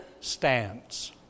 stands